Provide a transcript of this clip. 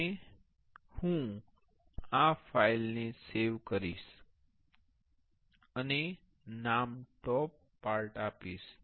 અને હું આ ફાઇલ ને સેવ કરીશ અને નામ ટોપ પાર્ટ આપીશ